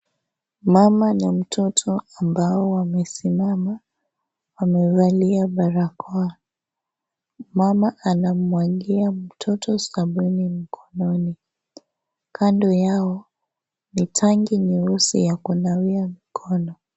Mama na mtoto ambao wamesimama wamevalia barakoa, mama anamwagia mtoto sabuni mkononi, kando yao ni tanki nyeusi ya kunawia mkono.